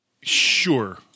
Sure